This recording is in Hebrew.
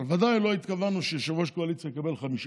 אבל בוודאי לא התכוונו שיושב-ראש הקואליציה יקבל חמישה.